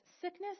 sickness